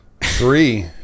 Three